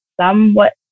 somewhat